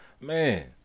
Man